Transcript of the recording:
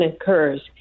occurs